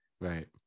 Right